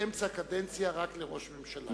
באמצע קדנציה רק לראש ממשלה.